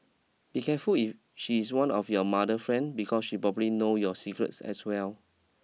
be careful if she's one of your mother friend because she probably know your secrets as well